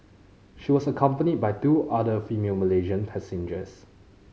she was accompanied by two other female Malaysian passengers